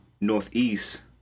Northeast